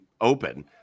open